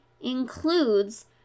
includes